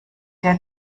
der